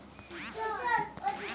एक लिटर गायीच्या दुधाची किमंत किती आसा?